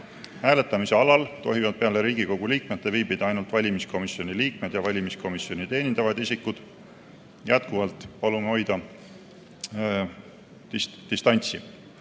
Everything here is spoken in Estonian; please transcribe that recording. Hääletamise alal tohivad peale Riigikogu liikmete viibida ainult valimiskomisjoni liikmed ja valimiskomisjoni teenindavad isikud. Jätkuvalt palume hoida distantsi.